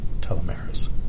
telomeres